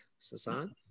Sasan